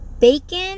bacon